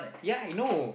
ya I know